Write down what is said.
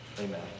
Amen